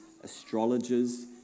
astrologers